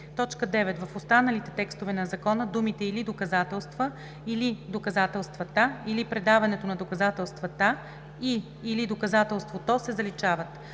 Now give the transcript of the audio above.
9. В останалите текстове на Закона думите „или доказателства“, „или доказателствата“, „или предаването на доказателствата“ и „или доказателството“ се заличават.